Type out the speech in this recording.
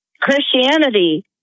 Christianity